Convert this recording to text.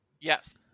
yes